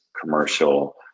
commercial